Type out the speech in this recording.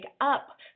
up